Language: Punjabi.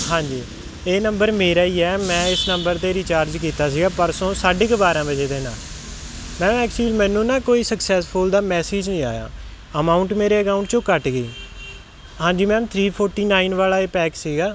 ਹਾਂਜੀ ਇਹ ਨੰਬਰ ਮੇਰਾ ਹੀ ਹੈ ਮੈਂ ਇਸ ਨੰਬਰ 'ਤੇ ਰੀਚਾਰਜ ਕੀਤਾ ਸੀਗਾ ਪਰਸੋਂ ਸਾਢੇ ਕੁ ਬਾਰ੍ਹਾਂ ਵਜੇ ਦੇ ਨਾਲ ਮੈਮ ਐਕਚੁਲੀ ਮੈਨੂੰ ਨਾ ਕੋਈ ਸਕਸੈੱਸਫੁੱਲ ਦਾ ਮੈਸਿਜ ਨਹੀਂ ਆਇਆ ਅਮਾਊਂਟ ਮੇਰੇ ਅਕਾਊਂਟ 'ਚੋਂ ਕੱਟ ਗਈ ਹਾਂਜੀ ਮੈਮ ਥ੍ਰੀ ਫੋਰਟੀ ਨਾਈਨ ਵਾਲਾ ਇਹ ਪੈਕ ਸੀਗਾ